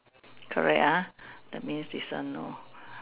correct ah that means this one no